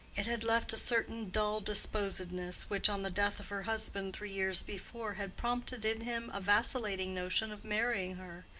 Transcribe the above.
it had left a certain dull disposedness, which, on the death of her husband three years before, had prompted in him a vacillating notion of marrying her,